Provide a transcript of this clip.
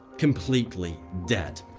completely dead.